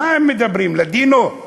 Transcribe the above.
מה הם מדברים, לדינו?